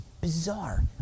bizarre